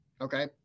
Okay